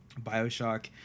Bioshock